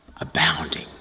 abounding